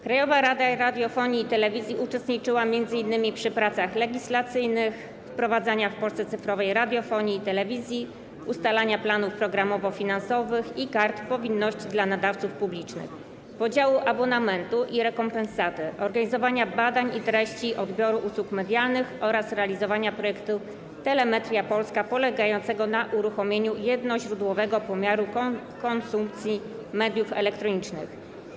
Krajowa Rada Radiofonii i Telewizji uczestniczyła m.in. w pracach legislacyjnych, pracach dotyczących wprowadzania w Polsce cyfrowej radiofonii i telewizji, ustalania planów programowo-finansowych i kart powinności dla nadawców publicznych, podziału wpływów z abonamentu i rekompensaty, organizowania badań i treści odbioru usług medialnych oraz realizowania projektu Telemetria Polska polegającego na uruchomieniu jednoźródłowego pomiaru konsumpcji mediów elektronicznych.